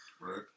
Right